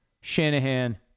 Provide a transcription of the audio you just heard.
Shanahan